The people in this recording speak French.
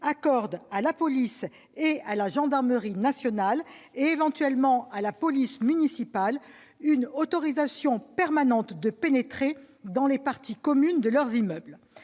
accordent à la police et à la gendarmerie nationales et, éventuellement, à la police municipale une autorisation permanente de pénétrer dans les parties communes de leurs immeubles.